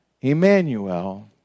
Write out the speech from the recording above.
Emmanuel